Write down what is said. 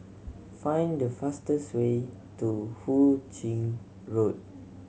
find the fastest way to Hu Ching Road